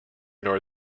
nor